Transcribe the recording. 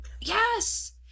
yes